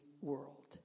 world